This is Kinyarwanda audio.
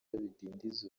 bidindiza